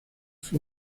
fue